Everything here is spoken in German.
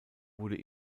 wurde